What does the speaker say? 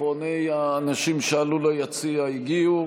אחרוני האנשים שעלו ליציע הגיעו,